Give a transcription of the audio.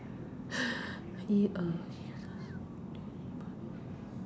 一二：yi er